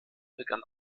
begann